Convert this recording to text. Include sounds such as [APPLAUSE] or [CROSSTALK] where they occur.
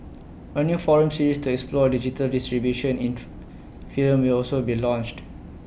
A new forum series to explore digital distribution in [UNINTELLIGIBLE] film will also be launched